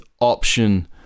option